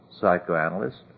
psychoanalyst